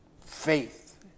faith